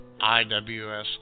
IWS